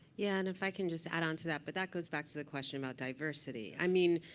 yeah and if i can just add on to that, but that goes back to the question about diversity. i mean,